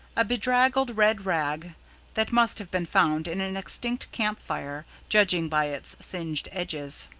a bedraggled red rag that must have been found in an extinct camp fire, judging by its singed edges.